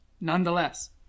nonetheless